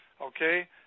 Okay